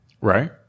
right